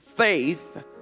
Faith